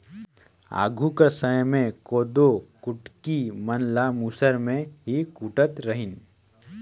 आघु कर समे मे कोदो कुटकी मन ल मूसर मे ही कूटत रहिन